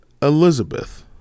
Elizabeth